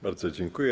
Bardzo dziękuję.